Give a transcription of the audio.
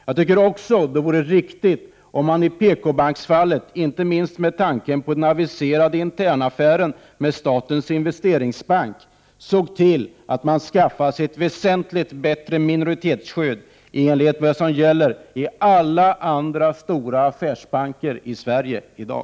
Det vore också riktigt om man som i PKbanksfallet, inte minst med tanke på den aviserade internaffären med statens investeringsbank, såg till att man skaffade sig ett väsentligt bättre minoritetsskydd i enlighet med vad som gäller i alla stora affärsbanker i Sverige i dag.